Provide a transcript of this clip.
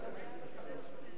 אבל מצד שני,